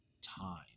time